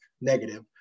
negative